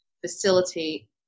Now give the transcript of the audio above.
facilitate